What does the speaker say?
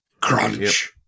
Crunch